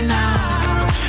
now